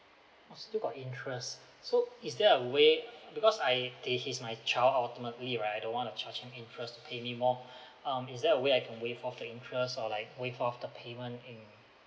oh still got interest so is there a way because I they he's my child ultimately right I don't want to charge him interest to pay me more um is there a way I can waive off the interest or like waive off the payment